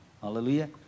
Hallelujah